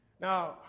Now